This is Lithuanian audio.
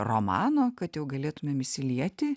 romano kad jau galėtumėm įsilieti